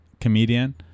comedian